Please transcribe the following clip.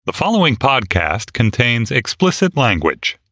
the following podcast contains explicit language